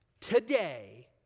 today